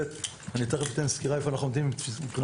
אני אתן סקירה איפה אנחנו עומדים בתפיסת